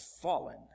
fallen